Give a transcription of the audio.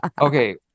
okay